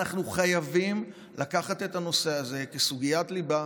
אנחנו חייבים לקחת את הנושא הזה כסוגיית ליבה